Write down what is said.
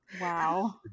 Wow